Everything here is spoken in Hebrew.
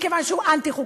מכיוון שהוא אנטי-חוקתי,